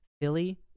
Philly